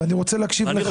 ואני רוצה להקשיב לך.